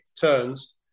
turns